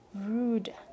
rude